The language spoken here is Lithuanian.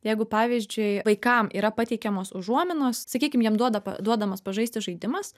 jeigu pavyzdžiui vaikam yra pateikiamos užuominos sakykim jiem duoda duodamas pažaisti žaidimas